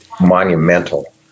monumental